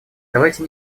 давайте